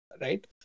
right